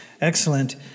Excellent